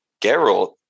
Geralt